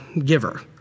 giver